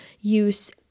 use